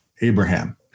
Abraham